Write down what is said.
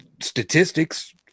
statistics